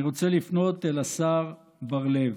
אני רוצה לפנות אל השר בר לב,